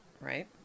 Right